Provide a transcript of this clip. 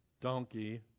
donkey